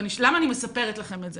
ולמה אני מספרת לכם את זה?